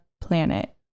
planet